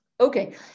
Okay